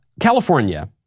California